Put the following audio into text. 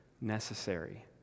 necessary